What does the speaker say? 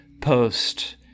Post